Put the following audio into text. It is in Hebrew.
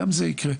גם זה יקרה.